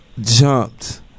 jumped